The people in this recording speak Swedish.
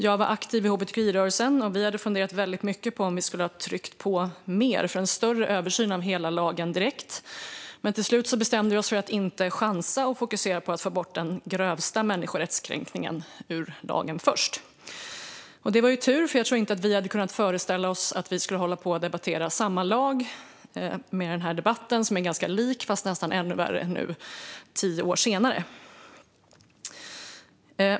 Jag var aktiv i hbtqi-rörelsen, och vi hade funderat väldigt mycket på om vi skulle ha tryckt på mer för en större översyn av hela lagen direkt. Till slut bestämde vi oss dock för att inte chansa utan fokusera på att få bort den grövsta människorättskränkningen ur lagen först. Det var tur, för jag tror inte att vi hade kunnat föreställa oss att vi skulle hålla på och debattera samma lag - en debatt som är ganska lik den förra men nästan ännu värre - nu tio år senare.